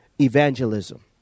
evangelism